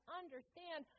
understand